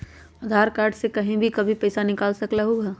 आधार card से कहीं भी कभी पईसा निकाल सकलहु ह?